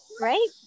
right